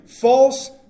False